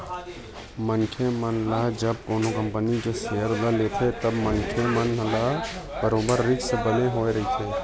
मनखे मन ह जब कोनो कंपनी के सेयर ल लेथे तब मनखे मन ल बरोबर रिस्क बने होय रहिथे